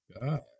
God